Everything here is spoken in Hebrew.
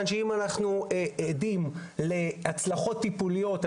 אם אנחנו עדים להצלחות טיפוליות,